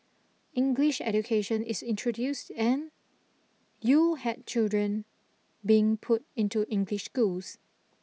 English education is introduced and you had children being put into English schools